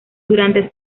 durante